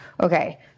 Okay